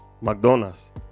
McDonald's